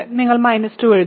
നിങ്ങൾ 2 എഴുതുന്നു